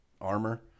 armor